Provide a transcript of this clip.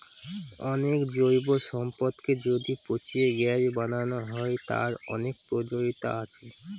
অনেক জৈব সম্পদকে যদি পচিয়ে গ্যাস বানানো হয়, তার অনেক প্রয়োজনীয়তা আছে